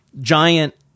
giant